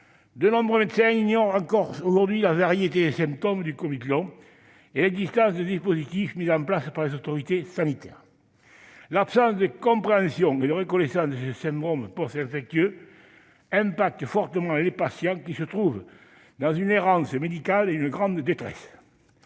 de nombreux médecins ignorent encore la variété des symptômes du covid long et l'existence des dispositifs mis en place par les autorités sanitaires. L'absence de compréhension et de reconnaissance de ce syndrome post-infectieux nuit fortement aux patients, qui, réduits à une véritable errance médicale, sont plongés